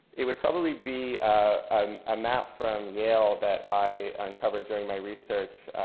it would probably be a map from yale that i uncovered during my research.